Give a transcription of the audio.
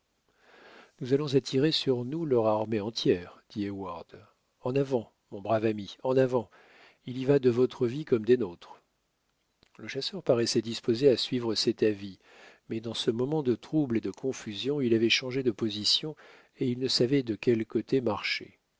nous allons attirer sur nous leur armée entière dit heyward en avant mon brave ami en avant il y va de votre vie comme des nôtres le chasseur paraissait disposé à suivre cet avis mais dans ce moment de trouble et de confusion il avait changé de position et il ne savait de quel côté marcher